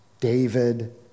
David